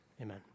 Amen